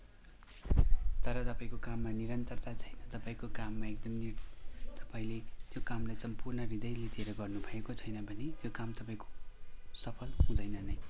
तर तपाईँको काममा निरन्तरता छैन तपाईँको काममा एकदमै तपाईँले त्यो काममा सम्पूर्ण हृदयले दिएर गर्नु भएको छैन भने त्यो काम तपाईँको सफल हुँदैन नै